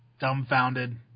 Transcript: dumbfounded